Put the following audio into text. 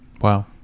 Wow